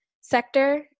sector